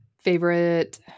favorite